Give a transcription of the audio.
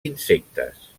insectes